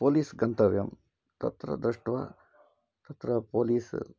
police गन्तव्यं तत्र दृष्ट्वा तत्र पोलिस्